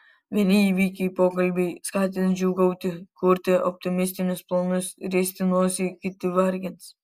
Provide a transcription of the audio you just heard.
vieni įvykiai pokalbiai skatins džiūgauti kurti optimistinius planus riesti nosį kiti vargins